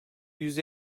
yüz